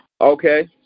Okay